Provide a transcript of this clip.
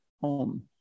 home